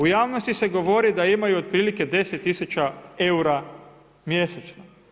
U javnosti se govori da imaju otprilike 10 000 eura mjesečno.